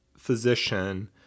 physician